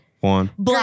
One